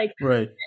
right